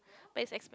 but it's ex